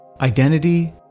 identity